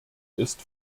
ist